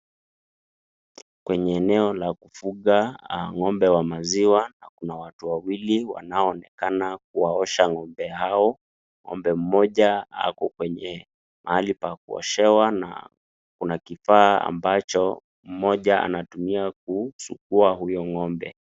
Kwenye eneo la kufuga ng'ombe wa maziwa na Kuna watu wawili wanaonenakana kuwaosha ng'ombe hao. Ng'ombe moja ako kwenye mahali pa kuoshewa na Kuna kivaa ambacho mmoja anatumia kusugua huyo ng'ombe.